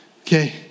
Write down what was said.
Okay